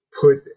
put